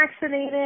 vaccinated